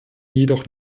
jedoch